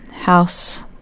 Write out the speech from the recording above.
house